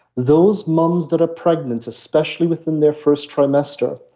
those moms that are pregnant especially within their first trimester,